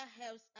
helps